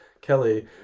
Kelly